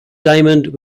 diamond